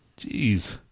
Jeez